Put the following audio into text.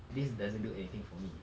this doesn't do anything for me